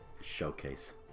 showcase